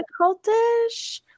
cultish